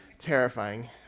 Terrifying